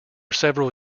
several